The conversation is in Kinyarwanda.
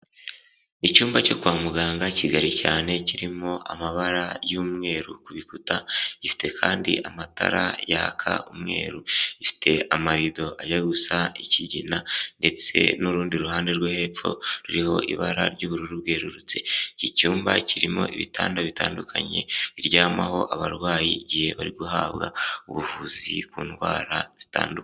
Icyumba cyo kwa muganga kigari cyane kirimo amabara y'umweru ku bikuta, gifite kandi amatara yaka umweru, gifite amarido ajya gusa ikigina ndetse n'urundi ruhande rwo hepfo ruriho ibara ry'ubururu bwerurutse, iki cyumba kirimo ibitanda bitandukanye biryamaho abarwayi igihe bari guhabwa ubuvuzi ku ndwara zitandu.